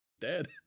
Dead